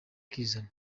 akizana